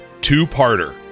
two-parter